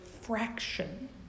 fraction